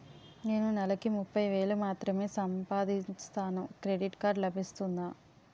నేను నెల కి ముప్పై వేలు మాత్రమే సంపాదిస్తాను క్రెడిట్ కార్డ్ లభిస్తుందా?